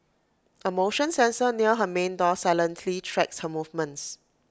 A motion sensor near her main door silently tracks her movements